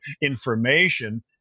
information